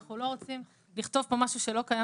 אנחנו לא רוצים לכתוב כאן משהו שלא קיים